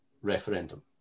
referendum